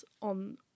on